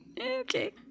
Okay